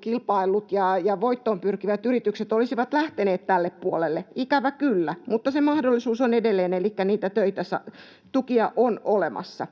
kilpailleet ja voittoon pyrkivät yritykset olisivat lähteneet tälle puolelle, ikävä kyllä, mutta se mahdollisuus on edelleen, elikkä niitä tukia on olemassa.